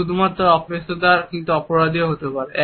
শুধুমাত্র অপেশাদার কিন্তু অপরাধীও হতে পারে